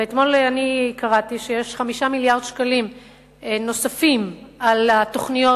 ואתמול קראתי שיש 5 מיליארדי שקלים נוספים על מה שהיה בתוכניות,